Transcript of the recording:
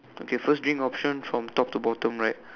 okay first drink option from top to bottom right